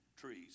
trees